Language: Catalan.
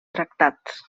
tractats